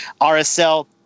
rsl